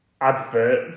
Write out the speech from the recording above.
advert